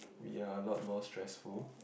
we are a lot more stressful